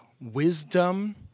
wisdom